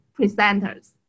presenters